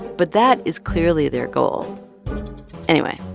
but that is clearly their goal anyway,